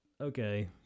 okay